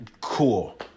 Cool